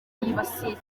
yibasiye